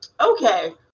okay